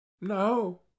No